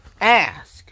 Ask